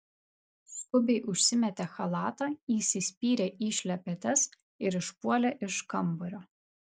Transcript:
skubiai užsimetė chalatą įsispyrė į šlepetes ir išpuolė iš kambario